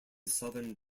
southern